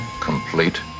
Complete